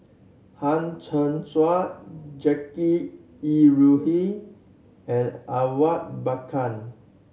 Hang Chang Chieh Jackie Yi Ru Ying and Awang Bakar